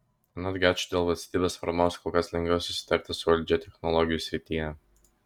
anot gečo dėl valstybės paramos kol kas lengviau susitarti su valdžia technologijų srityje